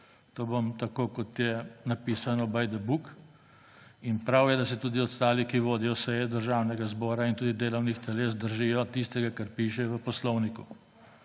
To bom tako, kot je napisano, by the book. Prav je, da se tudi ostali, ki vodijo seje Državnega zbora in delovnih teles, držijo tistega, kar piše v poslovniku.